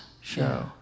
show